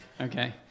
okay